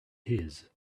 his